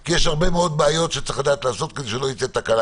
כי יש הרבה מאוד בעיות שצריך לדעת לעשות כדי שלא תצא תקלה